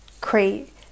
create